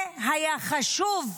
והיה חשוב,